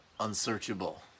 unsearchable